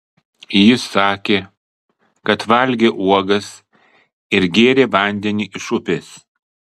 ji sakė kad valgė uogas ir gėrė vandenį iš upės